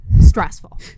stressful